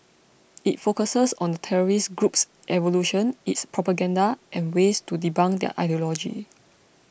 it focuses on the terrorist group's evolution its propaganda and ways to debunk their ideology